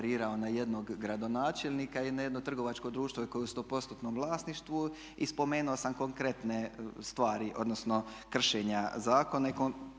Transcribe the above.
na jednog gradonačelnika i na jedno trgovačko društvo koje je u 100%-nom vlasništvu i spomenuo sam konkretne stvari odnosno kršenja zakona